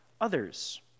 others